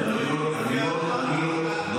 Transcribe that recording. הוא לא יהודי לפי ההלכה,